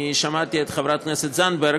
אני שמעתי את חברת הכנסת זנדברג,